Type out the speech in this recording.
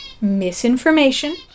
misinformation